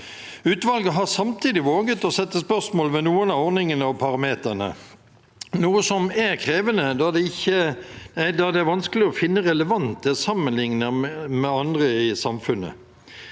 Utvalget har samtidig våget å stille spørsmål ved noen av ordningene og parameterne, noe som er krevende, da det er vanskelig å finne andre relevante å sammenligne med i samfunnet.